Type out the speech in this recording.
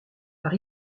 par